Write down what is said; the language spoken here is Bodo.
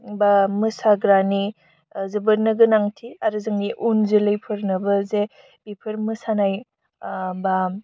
बा मोसाग्रानि जोबोदनो गोनांथि आरो जोंनि उनजोलैफोरनोबो जे बिफोर मोसानाय बा